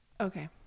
Okay